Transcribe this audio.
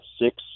six